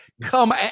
come